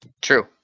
True